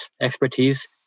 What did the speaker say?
expertise